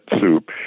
soup